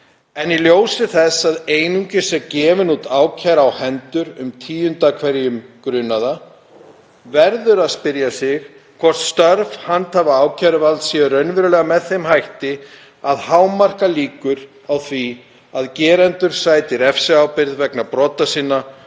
en í ljósi þess að einungis er gefin út ákæra á hendur um tíunda hverjum grunaða verður að spyrja sig hvort störf handhafa ákæruvalds séu raunverulega með þeim hætti að hámarka líkur á því að gerendur sæti refsiábyrgð vegna brota sinna